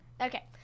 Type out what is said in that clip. Okay